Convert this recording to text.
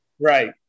Right